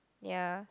ya